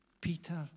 Peter